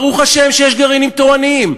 ברוך השם שיש גרעינים תורניים.